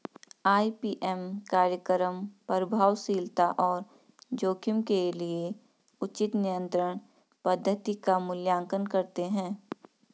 IPM कार्यक्रम प्रभावशीलता और जोखिम के लिए उचित नियंत्रण पद्धति का मूल्यांकन करते हैं